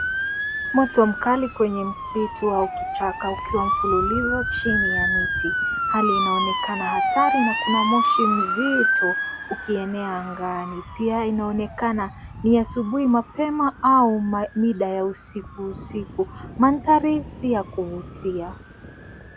Moto mkali kwenye msitu au kichaka ukiwa mfululizo chini ya miti. Hali inaonekana hatari na kuna moshi mzito ukienea angani , pia inaonekana ni asubuhi mapema au mida ya usiku usiku. Mandhari si ya kuvutia.